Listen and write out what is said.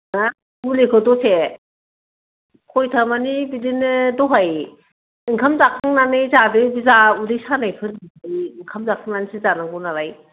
दा मुलिखौ दसे खयथा माने बिदिनो दहाय ओंखाम जाखांनानै जादो उदै सानायफोरनिखौ ओंखाम जाखांनानैसो जानांगौ नालाय